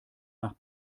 nach